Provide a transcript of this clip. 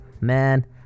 Man